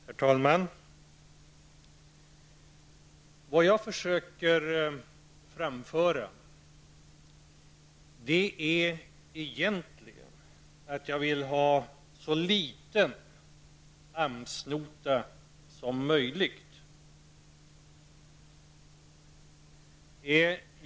Herr talman! Det jag försökt framföra är egentligen att jag vill ha en så liten AMS-nota som möjligt.